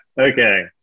Okay